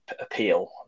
appeal